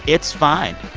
it's fine.